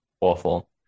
awful